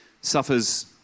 suffers